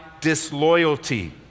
disloyalty